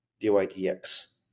DYDX